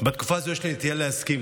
בתקופה הזו יש לי נטייה להסכים,